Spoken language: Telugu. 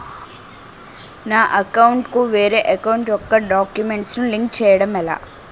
నా అకౌంట్ కు వేరే అకౌంట్ ఒక గడాక్యుమెంట్స్ ను లింక్ చేయడం ఎలా?